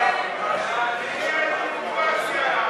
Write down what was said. חבר הכנסת חזן, מוותר?